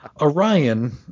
Orion